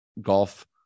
golf